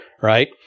Right